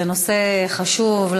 זה נושא חשוב,